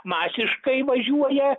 masiškai važiuoja